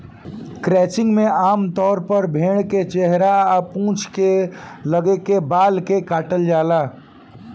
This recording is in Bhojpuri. क्रचिंग में आमतौर पर भेड़ के चेहरा आ पूंछ के लगे के बाल के काटल जाला